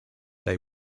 they